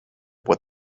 what